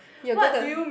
you're gonna